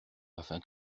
afin